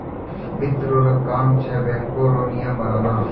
वित्त रो काम छै बैको रो नियम बनाना